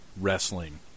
wrestling